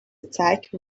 attack